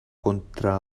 contra